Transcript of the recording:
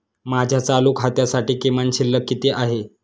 माझ्या चालू खात्यासाठी किमान शिल्लक किती आहे?